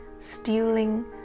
stealing